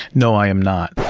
no, i am not.